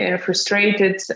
frustrated